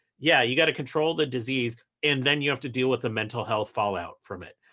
yeah, you've got to control the disease. and then you have to deal with the mental health fallout from it,